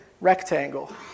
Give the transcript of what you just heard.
rectangle